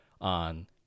on